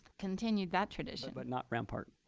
continue that tradition. but not rampart.